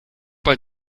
bei